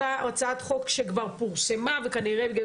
אותה הצעת חוק שכבר פורסמה וכנראה בגלל